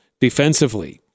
defensively